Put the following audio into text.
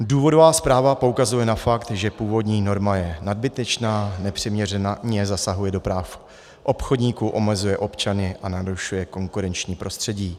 Důvodová zpráva poukazuje na fakt, že původní norma je nadbytečná, nepřiměřeně zasahuje do práv obchodníků, omezuje občany a narušuje konkurenční prostředí.